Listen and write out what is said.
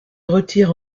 retire